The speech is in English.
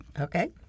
Okay